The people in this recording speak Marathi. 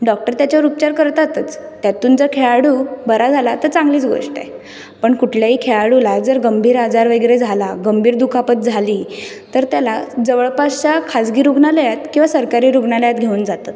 डॉक्टर त्याच्यावर उपचार करतातच त्यातून जर खेळाडू बरा झाला तर चांगलीच गोष्ट आहे पण कुठल्याही खेळाडूला जर गंभीर आजार वगैरे झाला गंभीर दुखापत झाली तर त्याला जवळपासच्या खाजगी रुग्णालयात किंवा सरकारी रुग्णालयात घेऊन जातात